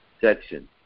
Section